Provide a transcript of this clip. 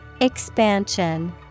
Expansion